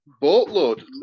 boatload